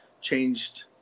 changed